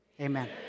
Amen